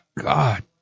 God